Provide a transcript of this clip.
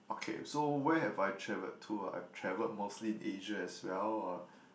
okay so where have I traveled to I've traveled mostly in Asia as well uh